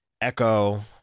Echo